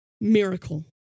miracle